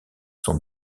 sont